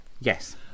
yes